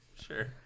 Sure